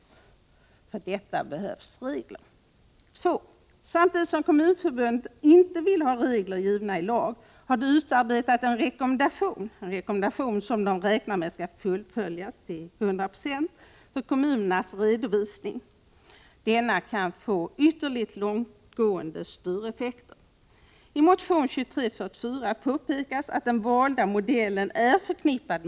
För detta behövs regler. 2. Samtidigt som Kommunförbundet inte ville ha regler givna i lag har man utarbetat en rekommendation som man räknar med skall fullföljas till miska frågor Nr 166 hundra procent för kommunernas redovisning. Denna kan få ytterligt Måndagen den långtgående styreffekter.